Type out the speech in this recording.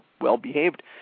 well-behaved